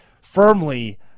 firmly